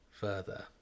further